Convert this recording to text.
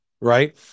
right